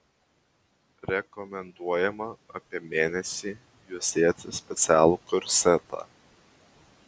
rekomenduojama apie mėnesį juosėti specialų korsetą